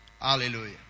Hallelujah